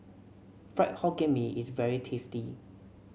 Fried Hokkien Mee is very tasty